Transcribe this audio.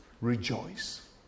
rejoice